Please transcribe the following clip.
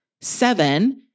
seven